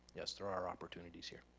yes, there are opportunities here.